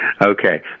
Okay